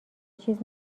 چیز